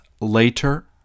later